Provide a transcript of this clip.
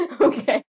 Okay